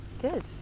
Good